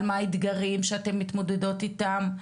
על מה האתגרים שאתם מתמודדות איתם.